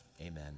Amen